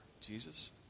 Jesus